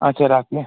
আচ্ছা রাখি হ্যাঁ